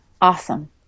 Awesome